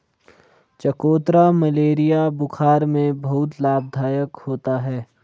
चकोतरा मलेरिया बुखार में बहुत लाभदायक होता है